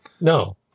No